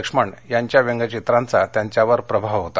लक्ष्मण यांच्या व्यंगचित्रांचा त्यांच्यावर प्रभाव होता